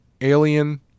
Alien